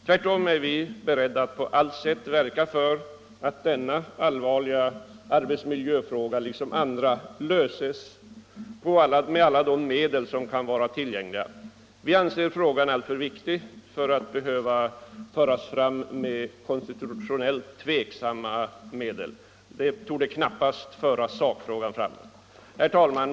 Vi är tvärtom beredda att på allt sätt verka för att denna allvarliga arbetsmiljöfråga, liksom andra, löses med alla de medel som kan vara tillgängliga. Vi anser frågan vara alltför viktig för att behöva tas upp med konstitutionellt tveksamma medel — det torde knappast föra sakfrågan framåt. Herr talman!